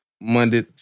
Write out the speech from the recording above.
Monday